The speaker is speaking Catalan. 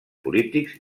polítics